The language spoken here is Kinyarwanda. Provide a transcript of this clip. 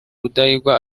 rudahigwa